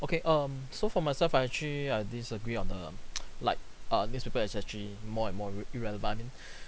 okay um so for myself I actually I disagree on the like err newspaper is actually more and more ru~ irrelevant I mean